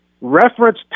reference